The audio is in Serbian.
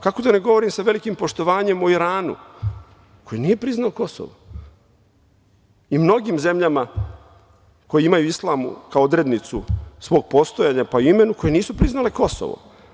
Kako da ne govorim sa velikim poštovanjem o Iranu, koji nije priznao Kosovo i mnogim zemljama koje imaju islam kao odrednicu svog postojanja, pa i u imenu, koje nisu priznale Kosovo?